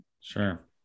Sure